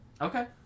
Okay